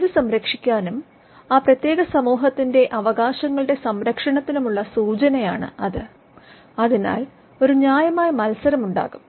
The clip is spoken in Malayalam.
അറിവ് സംരക്ഷിക്കാനും ആ പ്രതേക സമൂഹത്തിന്റെ അവകാശങ്ങളുടെ സംരക്ഷണത്തിനുമുള്ള സൂചനയാണത് അതിനാൽ ഒരു ന്യായമായ മത്സരം ഉണ്ടാകും